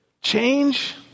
change